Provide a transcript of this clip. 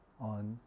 on